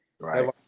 Right